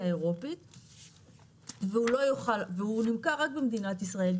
אירופית והוא נמכר רק במדינת ישראל,